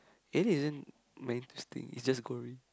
actually isn't mind twisting it's just gory